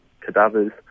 cadavers